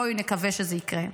בואי נקווה שזה יקרה.